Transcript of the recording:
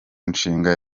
nshinga